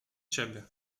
ciebie